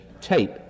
tape